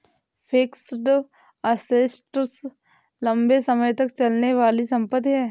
fixed assets लंबे समय तक चलने वाली संपत्ति है